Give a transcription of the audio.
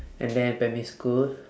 and then primary school